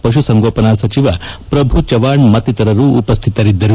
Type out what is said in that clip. ಪಶು ಸಂಗೋಪನಾ ಸಚಿವ ಪ್ರಭು ಚವ್ಹಾಣ್ ಮತ್ತಿತರರು ಉಪಸ್ಥಿತರಿದ್ದರು